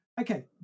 Okay